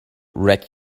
wreck